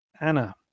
anna